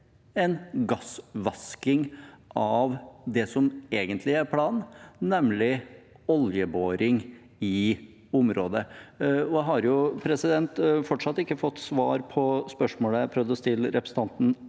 en «gassvasking» av det som egentlig er planen, nemlig oljeboring i området. Jeg har fortsatt ikke fått svar på spørsmålet jeg prøvde å stille representanten